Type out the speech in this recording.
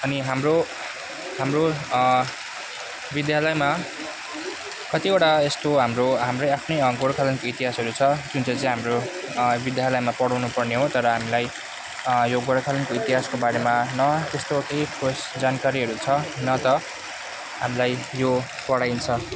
अनि हाम्रो हाम्रो विध्यालयमा कतिवटा यस्तो हाम्रो हाम्रो आफ्नै गोर्खाल्यान्डको इतिहासहरू छ जुन चाहिँ चाहिँ हाम्रो विध्यालयमा पढाउनु पर्ने हो तर हामीलाई यो गोर्खाल्यान्डको इतिहासको बारेमा न त्यस्तो केही कुछ जानकारीहरू छ न त हामलाई यो पढाइन्छ